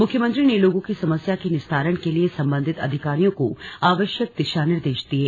मुख्यमंत्री ने लोगों की समस्या के निस्तारण के लिए संबंधित अधिकारियों को आवश्यक दिशा निर्देश दिये